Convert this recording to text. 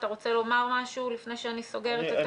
אתה רוצה לומר משהו לפני שאני סוגרת?